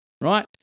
right